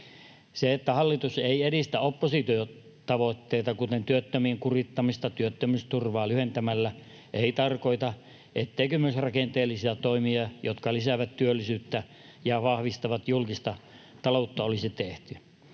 Se, että hallitus ei edistä oppositiotavoitteita, kuten työttömien kurittamista työttömyysturvaa lyhentämällä, ei tarkoita, etteikö myös rakenteellisia toimia, jotka lisäävät työllisyyttä ja vahvistavat julkista taloutta, olisi tehty.